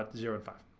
ah zero and five.